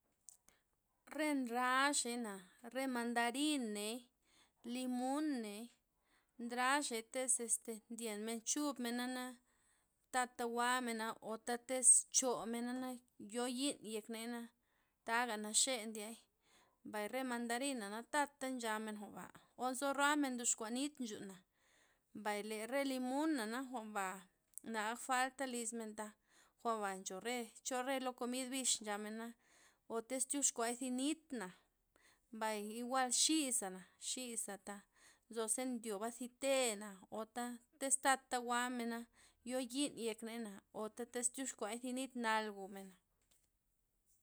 Re ndraxey'na, re mandariney, limuney, ndraxey tyz este ndyenmen chubmen'nana tata jwa'mena o tez chomena yo yi'n yekney'na taga naxe ndiay, mbay re mandarina tatey nchame'na jwa'nba o nzo roamen ndoxkua nit nchuna', mbay le re limuna'na jwa'n ba na'ak falta lysmen thak jwa'nba ncho re chole lo komid bixa' nchamen, otiz tyoskuay zi nit'na. mbay igual xi'sana', xi'saana taj nzose ndyoba zi tena' o tatey jwa'mena yo yi'n yeknei'na ota iz tyoxkuay zi nit nal jwu'men.